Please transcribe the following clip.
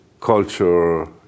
culture